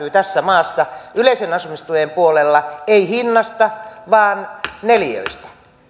tässä maassa yleisen asumistuen puolella hinnasta vaan neliöistä